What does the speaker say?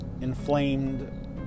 inflamed